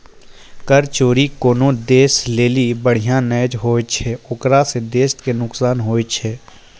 कर चोरी कोनो देशो लेली बढ़िया नै होय छै ओकरा से देशो के नुकसान होय छै